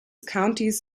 countys